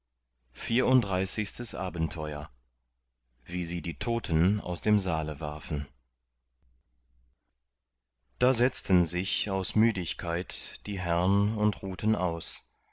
vierunddreißigstes abenteuer wie sie die toten aus dem saale warfen da setzten sich aus müdigkeit die herrn und ruhten aus